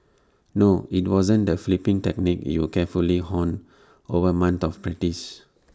no IT wasn't the flipping technique you carefully honed over months of practice